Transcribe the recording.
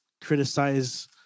criticize